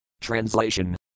Translation